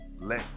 let